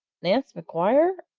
nance maguire!